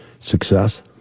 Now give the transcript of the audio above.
success